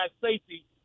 safety